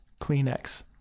Kleenex